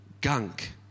gunk